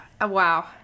wow